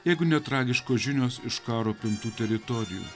jeigu ne tragiškos žinios iš karo apimtų teritorijų